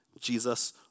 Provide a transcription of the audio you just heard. Jesus